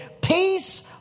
Peace